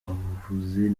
ubuvuzi